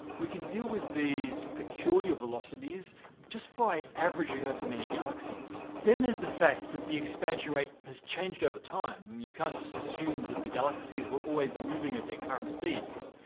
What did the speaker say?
we can deal with these peculiar velocities just by averaging over many galaxies. then there's the fact that the expansion rate has changed over time. you can't just assume that the galaxies were always moving away at their current speeds.